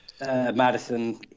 Madison